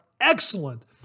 Excellent